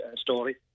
story